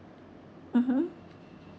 mmhmm